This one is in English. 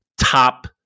top